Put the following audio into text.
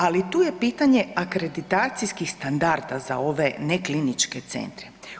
Ali tu je pitanje akreditacijskih standarda za ove nekliničke centre.